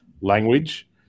language